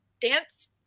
dance